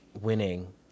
winning